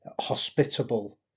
hospitable